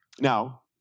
Now